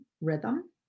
rhythm